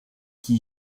qui